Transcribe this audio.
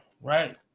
right